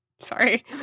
Sorry